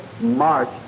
march